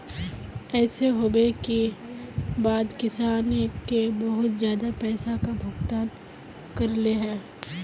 ऐसे होबे के बाद किसान के बहुत ज्यादा पैसा का भुगतान करले है?